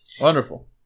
Wonderful